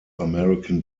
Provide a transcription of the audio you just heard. american